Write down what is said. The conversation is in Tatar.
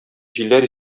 җилләр